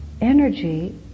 energy